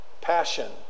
passion